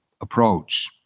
approach